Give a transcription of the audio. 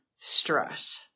stress